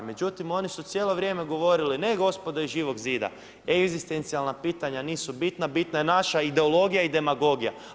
Međutim oni su cijelo vrijeme govorili ne gospodo iz Živog zida, egzistencijalna pitanja nisu bitna, bitna je naša ideologija i demagogija.